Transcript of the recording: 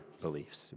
beliefs